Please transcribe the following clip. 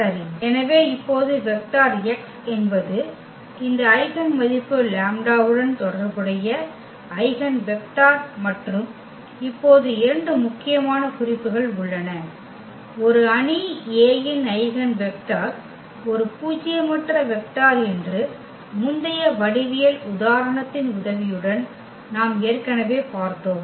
சரி எனவே இப்போது வெக்டர் x என்பது இந்த ஐகென் மதிப்பு லாம்ப்டாவுடன் தொடர்புடைய ஐகென் வெக்டர் மற்றும் இப்போது இரண்டு முக்கியமான குறிப்புகள் உள்ளன ஒரு அணி A இன் ஐகென் வெக்டர் ஒரு பூஜ்யமற்ற வெக்டர் என்று முந்தைய வடிவியல் உதாரணத்தின் உதவியுடன் நாம் ஏற்கனவே பார்த்தோம்